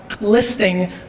listing